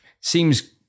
Seems